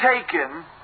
taken